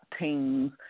teams